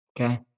Okay